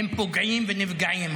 הם פוגעים ונפגעים,